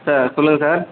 sir சொல்லுங்கள் sir